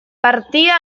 partida